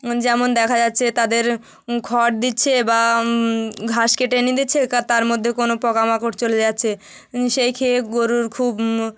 যেমন দেখা যাচ্ছে তাদের খড় দিচ্ছে বা ঘাস কেটে এনে দিচ্ছে কা তার মধ্যে কোনো পোকামাকড় চলে যাচ্ছে সেই খেয়ে গরুর খুব